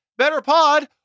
BetterPod